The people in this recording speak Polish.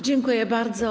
Dziękuję bardzo.